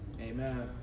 Amen